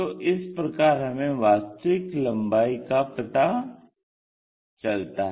तो इस प्रकार हमें वास्तविक लम्बाई का पता चलता है